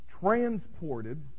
transported